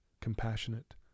compassionate